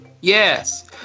Yes